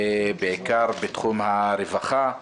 בעיקר בתחום הרווחה,